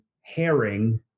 herring